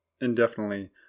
indefinitely